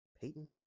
Payton